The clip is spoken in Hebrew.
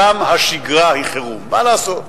שם השגרה היא חירום, מה לעשות?